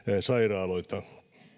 sairaaloita